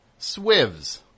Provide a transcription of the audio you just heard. swivs